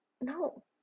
no